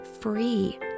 free